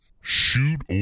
Shoot